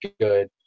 good